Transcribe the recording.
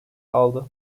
aldı